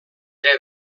ere